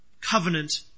covenant